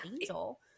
angel